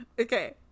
Okay